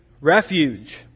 refuge